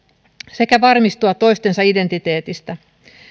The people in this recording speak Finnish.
sekä varmistua toistensa identiteetistä